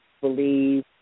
believe